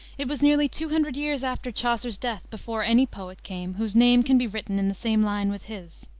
it was nearly two hundred years after chaucer's death before any poet came, whose name can be written in the same line with his.